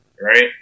right